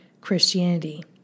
Christianity